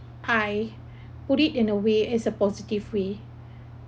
I put it in a way as a positive way